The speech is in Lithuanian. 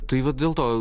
tai va dėl to